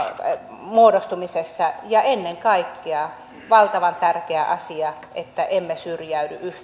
muodostumisessa ja ennen kaikkea valtavan tärkeä asia jotta emme syrjäydy